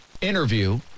interview